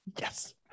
yes